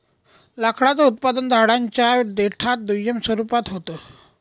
लाकडाचं उत्पादन झाडांच्या देठात दुय्यम स्वरूपात होत